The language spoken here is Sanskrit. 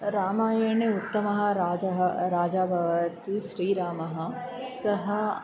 रामायणे उत्तमः राजः राजा भवति श्रीरामः सः